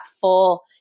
full